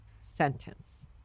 sentence